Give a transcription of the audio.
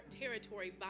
territory